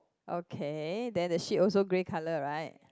okay then the sheep also grey colour right